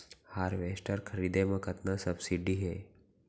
Harvester खरीदे म कतना सब्सिडी हे?